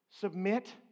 Submit